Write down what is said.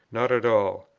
not at all.